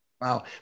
Wow